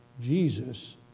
Jesus